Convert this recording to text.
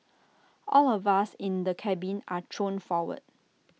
all of us in the cabin are thrown forward